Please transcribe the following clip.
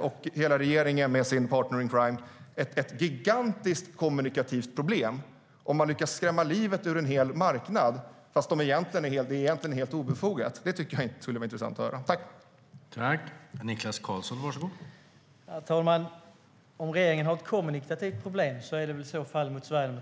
och hela regeringen med sin partner in crime ett gigantiskt kommunikativt problem om man lyckas skrämma livet ur en hel marknad, fast det egentligen är helt obefogat. Det vore intressant att höra mer om detta.